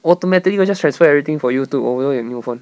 automatically it will just transfer everything for you to over your new phone